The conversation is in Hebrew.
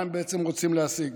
מה הם בעצם רוצים להשיג?